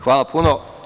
Hvala puno.